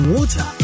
Water